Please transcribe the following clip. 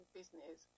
business